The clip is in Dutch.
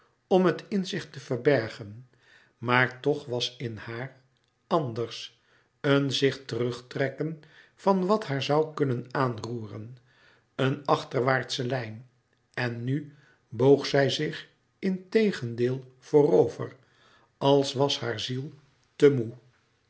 om het in zich te verbergen maar toch was in haar anders een zich terugtrekken van wat haar zoû kunnen aanroeren een achterwaartsche lijn en nu boog zij zich integendeel voorover als was haar ziel te moê